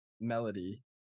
melody